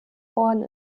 vorn